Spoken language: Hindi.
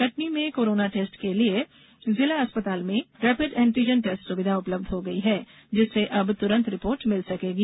कटनी में कोरोना टेस्ट के लिए जिला अस्पताल में रैपिड एंटीजेन टेस्ट सुविधा उपलब्ध हो गयी है जिससे अब तुरन्त रिपोर्ट मिल सकेगी